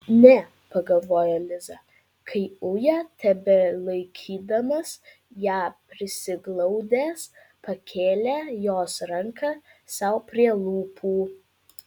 ne pagalvojo liza kai uja tebelaikydamas ją prisiglaudęs pakėlė jos ranką sau prie lūpų